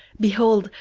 behold,